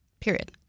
period